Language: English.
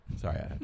Sorry